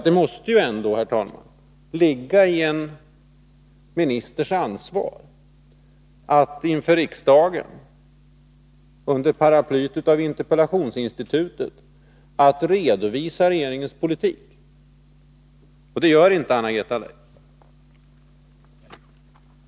Det måste ändå, herr talman, ligga i en ministers ansvar att inför riksdagen under paraplyet av interpellationsinstitutet redovisa regeringens politik. Det gör inte Anna-Greta Leijon.